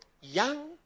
Young